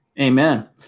Amen